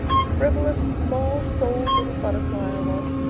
frivolous, small-souled little butterfly i was,